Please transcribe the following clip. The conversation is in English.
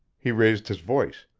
he raised his voice.